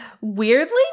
Weirdly